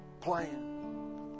Playing